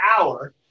hour